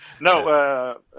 No